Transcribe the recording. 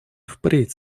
впредь